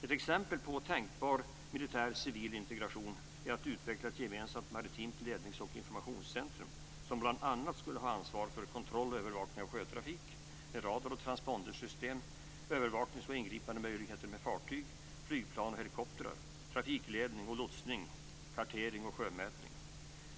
Ett exempel på tänkbar militär/civil integration är att utveckla ett gemensamt maritimt lednings och informationscentrum, som bl.a. skulle ha ansvar för kontroll och övervakning av sjötrafik med radar och transpondersystem, övervaknings och ingripandemöjligheter med fartyg, flygplan och helikoptrar, trafikledning och lotsning, kartering och sjömätning.